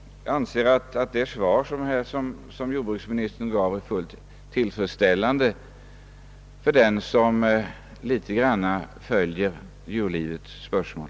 Jag anser att det svar som jordbruksministern gav är helt tillfredsställande för dem som något följer djurlivets spörsmål.